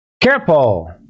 Careful